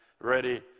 ready